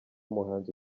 muhanzi